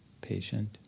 patient